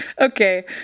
Okay